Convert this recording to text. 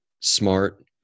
Smart